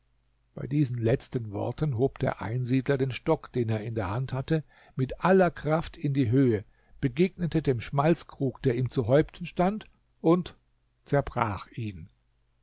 bei diesen letzen worten hob der einsiedler den stock den er in der hand hatte mit aller kraft in die höhe begegnete dem schmalzkrug der ihm zu häupten stand und zerbrach ihn